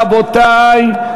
רבותי.